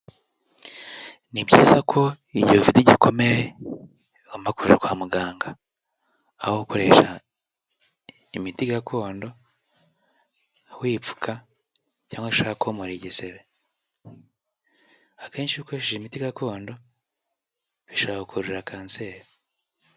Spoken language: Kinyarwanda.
Ni byiza ko igihe ufite igikomere ugomba kujya kwa muganga, aho gukoresha imiti gakondo wipfuka cyangwa ushaka komora igisebe, akenshi iyo ukoresheje imiti gakondo, bishobora kugukururira kanseri.